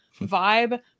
vibe